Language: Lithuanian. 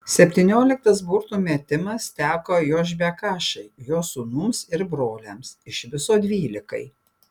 septynioliktas burtų metimas teko jošbekašai jo sūnums ir broliams iš viso dvylikai